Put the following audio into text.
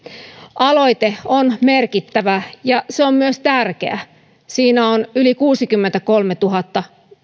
aloite on merkittävä ja se on myös tärkeä siinä on yli kuudenkymmenenkolmentuhannen